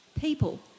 People